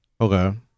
Okay